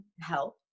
help